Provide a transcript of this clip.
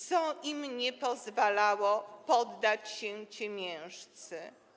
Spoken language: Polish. Co im nie pozwalało poddać się ciemiężcy?